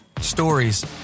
Stories